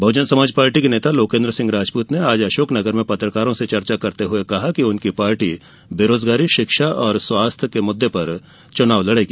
बहुजन Samaj party के लोकेन्द्र सिंह राजपुत ने आज अशोकनगर में पत्रकारों से चर्चा में कहा कि उनकी पार्टी बेराजगारी शिक्षा और स्वास्थ्य के मुद्दे पर चुनाव लड़ेगी